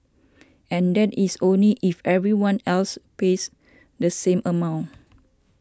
and that is only if everyone else pays the same amount